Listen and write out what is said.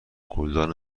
گلدان